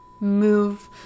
move